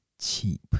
cheap